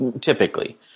typically